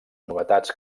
novetats